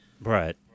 Right